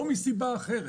לא מסיבה אחרת.